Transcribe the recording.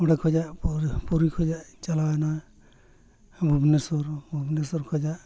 ᱚᱸᱰᱮ ᱠᱷᱚᱱᱟᱜ ᱯᱩᱨᱤ ᱯᱩᱨᱤ ᱠᱷᱚᱱᱟᱜ ᱤᱧ ᱪᱟᱞᱟᱣᱮᱱᱟ ᱵᱷᱩᱵᱽᱱᱮᱥᱥᱚᱨ ᱵᱷᱩᱵᱽᱱᱮᱥᱥᱚᱨ ᱠᱷᱚᱱᱟᱜ